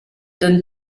donne